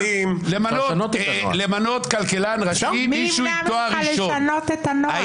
למנות כלכלן ראשי שיש לו תואר ראשון,